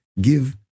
give